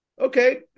okay